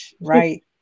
right